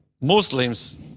Muslims